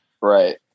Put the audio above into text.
Right